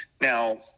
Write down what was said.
Now